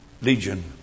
Legion